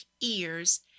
ears